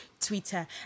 Twitter